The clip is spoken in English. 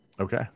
Okay